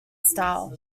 style